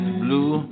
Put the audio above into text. blue